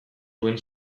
duen